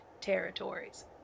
territories